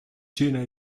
gina